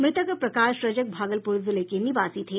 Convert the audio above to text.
मृतक प्रकाश रजक भागलपुर जिले के निवासी थे